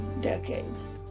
decades